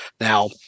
Now